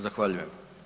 Zahvaljujem.